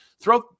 throughout